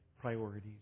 priorities